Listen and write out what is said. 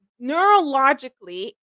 neurologically